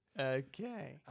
Okay